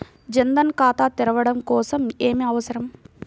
జన్ ధన్ ఖాతా తెరవడం కోసం ఏమి అవసరం?